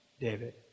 David